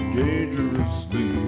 dangerously